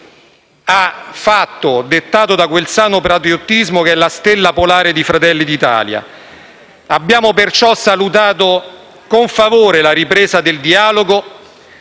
ha fatto, dettato da quel sano patriottismo che è la stella polare di Fratelli d'Italia. Abbiamo perciò salutato con favore la ripresa del dialogo